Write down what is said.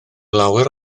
lawer